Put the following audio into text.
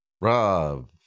Rob